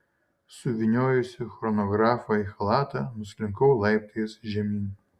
suvyniojusi chronografą į chalatą nuslinkau laiptais žemyn